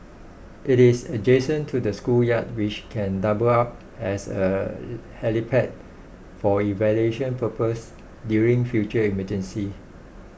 it is adjacent to the schoolyard which can double up as a helipad for evacuation purposes during future emergencies